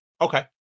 Okay